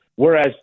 whereas